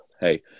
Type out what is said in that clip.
hey